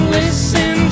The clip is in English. listen